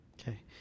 Okay